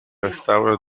restauro